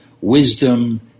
wisdom